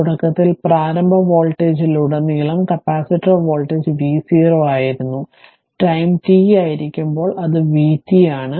തുടക്കത്തിൽ പ്രാരംഭ വോൾട്ടേജിലുടനീളം കപ്പാസിറ്റർ വോൾട്ടേജ് v0 ആയിരുന്നു ടൈം t ആയിരിക്കുമ്പോൾ അത് vt ആണ്